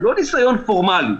לא ניסיון פורמלי.